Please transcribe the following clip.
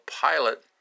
pilot